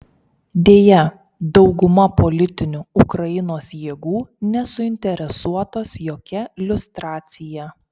deja dauguma politinių ukrainos jėgų nesuinteresuotos jokia liustracija